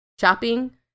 shopping